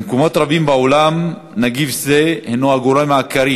במקומות רבים בעולם נגיף זה הנו הגורם העיקרי